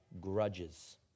grudges